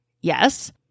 yes